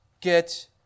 get